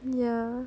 ya